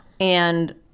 and-